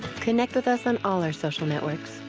connect with us on all our social networks.